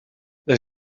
les